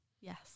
Yes